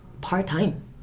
part-time